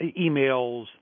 emails